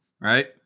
right